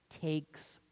takes